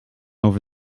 over